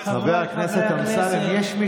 ראש הממשלה בפועל,